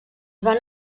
van